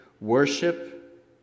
worship